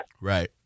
right